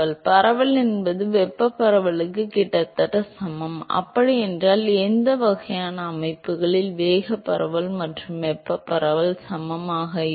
பரவல் என்பது வெப்பப் பரவலுக்கு கிட்டத்தட்ட சமம் அப்படியென்றால் எந்த வகையான அமைப்புகளில் வேகப் பரவல் மற்றும் வெப்பப் பரவல் சமமாக இருக்கும்